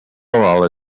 oil